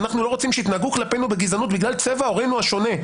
ואנחנו לא רוצים שיתנהגו כלפינו בגזענות בגלל צבע עורנו השונה,